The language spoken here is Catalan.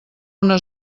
una